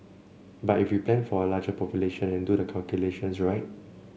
but if we plan for a larger population and do the calculations right